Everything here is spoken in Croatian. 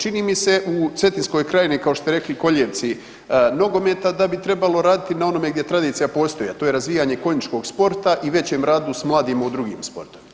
Čini mi se u Cetinskoj krajini, kao što ste rekli, kolijevci nogometa, da bi trebalo raditi na onome gdje tradicija postoji a to je razvijanje konjičkog sporta i većem radu s mladima u drugim sportovima.